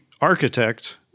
architect